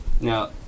now